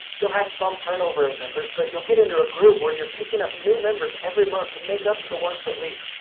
you'll have some turnover of members but you'll get into that groove where you're picking up new members every month to make up for the ones that leave.